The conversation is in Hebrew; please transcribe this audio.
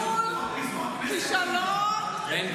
--- המילה --- כישלון, בן גביר.